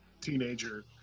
teenager